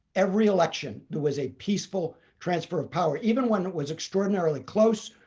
every election, there was a peaceful transfer of power, even when it was extraordinarily close,